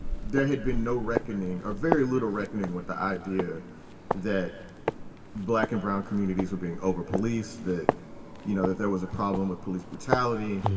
there had been no reckoning or very little reckoning with the idea that black and brown communities were being overpoliced, that you know, that there was a problem with police brutality.